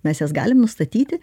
mes jas galim nustatyti